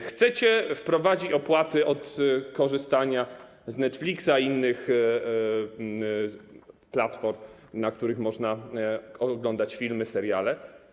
Chcecie wprowadzić opłaty od korzystania z Netfliksa i innych platform, na których można oglądać filmy i seriale.